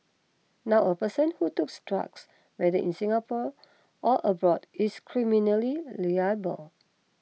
now a person who tooks drugs whether in Singapore or abroad is criminally reliable